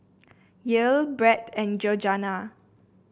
Yael Brett and Georganna